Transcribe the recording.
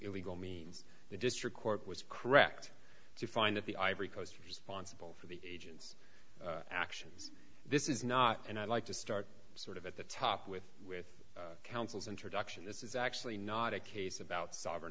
illegal means the district court was correct to find at the ivory coast responsible for the agent's actions this is not and i'd like to start sort of at the top with with counsel's introduction this is actually not a case about sovereign